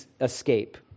escape